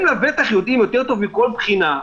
הם לבטח יודעים יותר טוב מכל בחינה,